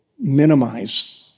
minimize